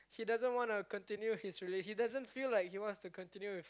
he doesn't want to continue his relationship he doesn't feel like he wants to continue with